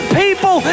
people